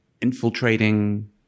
infiltrating